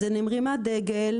אז אני מרימה דגל,